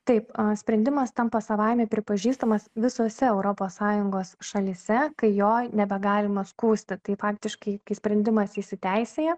taip sprendimas tampa savaime pripažįstamas visose europos sąjungos šalyse kai jo nebegalima skųsti tai faktiškai kai sprendimas įsiteisėja